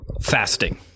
Fasting